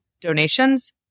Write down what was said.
donations